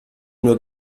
nur